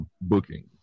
bookings